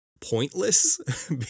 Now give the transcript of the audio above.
pointless